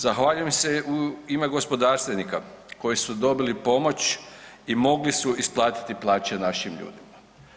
Zahvaljujem se u ime gospodarstvenika koji su dobili pomoć i mogli su isplatiti plaće našim ljudima.